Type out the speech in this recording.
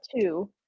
two